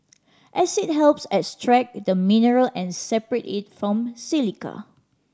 acid helps extract the mineral and separate it from silica